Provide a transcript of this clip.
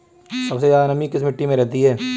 सबसे ज्यादा नमी किस मिट्टी में रहती है?